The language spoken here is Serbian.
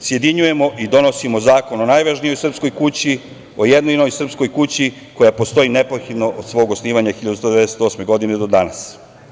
sjedinjujemo i donosimo zakon o najvažnijoj srpskoj kući, o jedinoj srpskoj kući koja postoji neprekidno od svog osnivanja, od 1198. godine do danas.